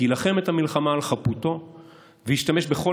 יילחם את המלחמה על חפותו וישתמש בכל